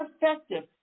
effective